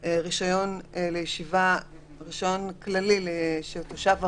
בעלי רישיון כללי של תושב ארעי,